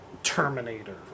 Terminator